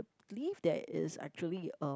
believe there is actually a